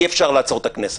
אי-אפשר לעצור את הכנסת.